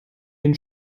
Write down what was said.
den